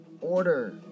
Order